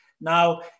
Now